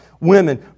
women